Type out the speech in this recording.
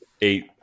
eight